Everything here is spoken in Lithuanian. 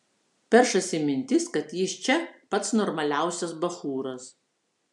peršasi mintis kad jis čia pats normaliausias bachūras